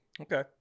Okay